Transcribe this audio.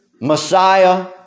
Messiah